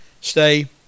stay